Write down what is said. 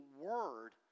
word